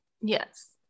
Yes